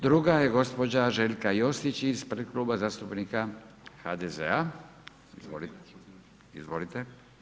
Druga je gospođa Željka Josić ispred Kluba zastupnika HDZ-a, izvolite.